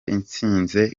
itsinze